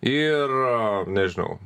ir nežinau